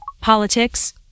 politics